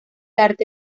arte